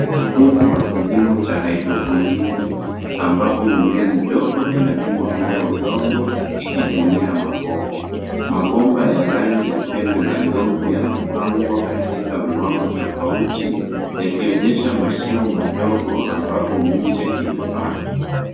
Mfumo wa kilimo cha haidroponiki ambapo mimea midogo ilalimwa bila udongo ikitumia mabomba, mabomba ya rangi ya pembe za ndovu yamepangwa katika viwango tofauti yakionyesha mashimo madogo ambapo miche imepandwa.